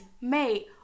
mate